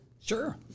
Sure